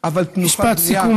משפט סיכום,